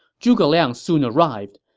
zhuge liang soon arrived.